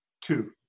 Two